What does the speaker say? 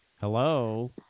Hello